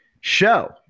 show